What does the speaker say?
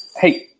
Hey